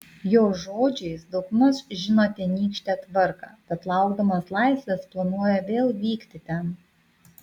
jo žodžiais daugmaž žino tenykštę tvarką tad laukdamas laisvės planuoja vėl vykti ten